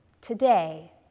Today